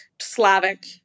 Slavic